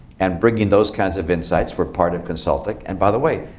and bringing those kinds of insights were part of consulting. and by the way,